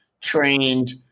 trained